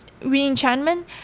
Reenchantment